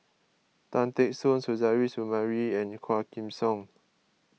Tan Teck Soon Suzairhe Sumari and Quah Kim Song